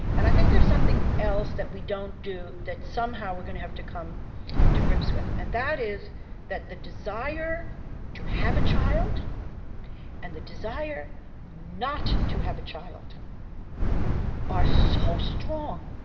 and i think there's something else that we don't do that somehow we're going to have to come to grips with. and that is that the desire to have a child and the desire not to have a child are so strong,